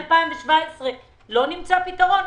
מ-2017 לא נמצא פתרון?